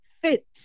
Fits